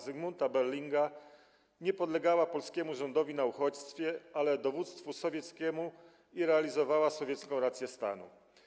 Zygmunta Berlinga nie podlegała polskiemu rządowi na uchodźstwie, ale dowództwu sowieckiemu i realizowała sowiecką rację stanu.